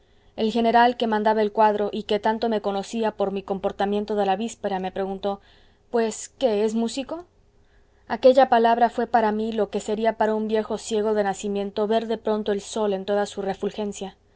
el general que mandaba el cuadro y que tanto me conocía por mi comportamiento de la víspera me preguntó pues qué es músico aquella palabra fué para mí lo que sería para un viejo ciego de nacimiento ver de pronto el sol en toda su refulgencia